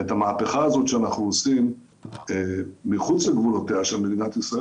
את המהפכה הזו שאנחנו עושים מחוץ לגבולותיה של מדינת ישראל